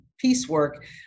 Piecework